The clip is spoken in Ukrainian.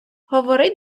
говори